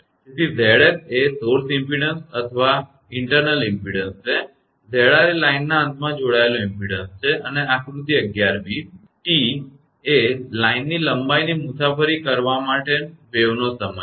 તેથી 𝑍𝑠 એ સ્રોત ઇમપેડન્સ અથવા આંતરિક ઇમપેડન્સ છે અને 𝑍𝑟 એ લાઇનના અંતમાં જોડાયેલ ઇમપેડન્સ છે અને આકૃતિ 11 b T એ લાઇનની લંબાઈની મુસાફરી કરવા માટે વેવનો સમય છે